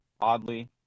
oddly